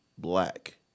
Black